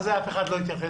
מה זה, אף אחד לא התייחס?